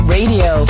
Radio